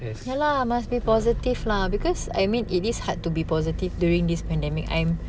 has